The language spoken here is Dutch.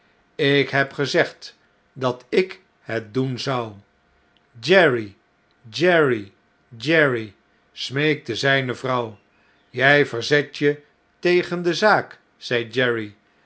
ik heb gezegd dat ik het doen zou jerry jerry jerry smeekte zijne vrouw jij verzet je tegen de zaak